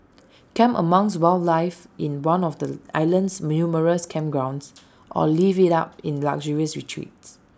camp amongst wildlife in one of the island's numerous campgrounds or live IT up in luxurious retreats